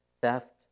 theft